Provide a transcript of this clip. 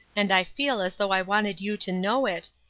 and i feel as though i wanted you to know it,